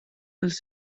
els